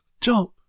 Jump